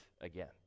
again